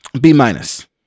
B-minus